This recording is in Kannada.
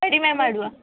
ಕಡಿಮೆ ಮಾಡುವ